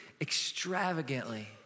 extravagantly